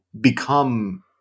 become